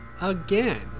again